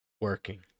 Working